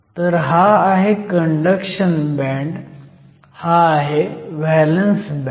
तर हा आहे कंडक्शन बँड हा आहे व्हॅलंस बँड